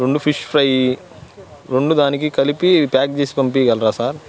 రెండు fish fry రెండు దానికి కలిపి ప్యాక్ చేసి పంపించగలరా సార్